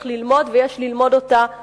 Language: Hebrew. ויש ללמוד אותה מאומות העולם,